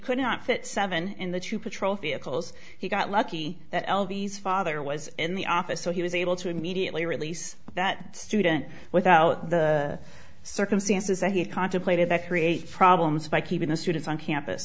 could not fit seven in the two patrol vehicles he got lucky that elvie's father was in the office so he was able to immediately release that student without the circumstances that he contemplated that create problems by keeping the students on campus